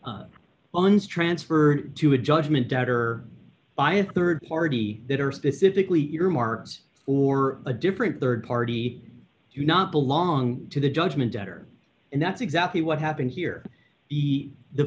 once transferred to a judgment debtor by a rd party that are specifically earmarked for a different rd party do not belong to the judgment debtor and that's exactly what happened here the